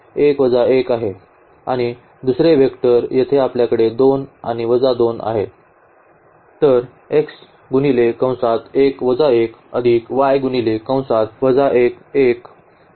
आणि दुसरे वेक्टर येथे आपल्याकडे 2 आणि वजा 2 आहेत